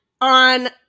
On